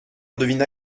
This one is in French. devina